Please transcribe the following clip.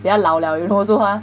比较老了 you know so 她